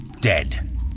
dead